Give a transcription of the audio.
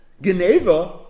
geneva